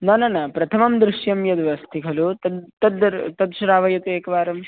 न न न प्रथमं दृश्यं यद् अस्ति खलु तद् तद् दृ तद् श्रावयतु एकवारम्